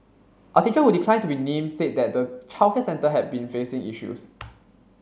a teacher who declined to be named said that the childcare centre had been facing issues